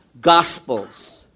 Gospels